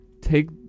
take